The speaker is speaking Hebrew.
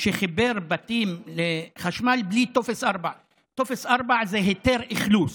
שחיבר בתים לחשמל בלי טופס 4. טופס 4 זה היתר אכלוס.